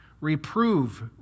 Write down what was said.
reprove